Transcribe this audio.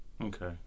Okay